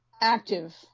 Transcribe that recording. active